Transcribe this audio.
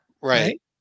right